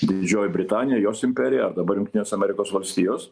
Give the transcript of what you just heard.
didžioji britanija jos imperija ar dabar jungtinės amerikos valstijos